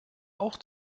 auch